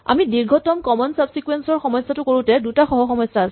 আমি দীৰ্ঘতম common subsequence ৰ সমস্যাটো কৰোতে দুটা সহ সমস্যা আছিল